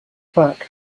back